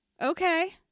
Okay